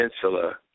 Peninsula